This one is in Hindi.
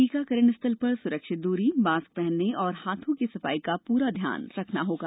टीकाकरण स्थल पर सुरक्षित दूरी मास्क पहनने और हाथों की सफाई का पूरा ध्यान रखना होगा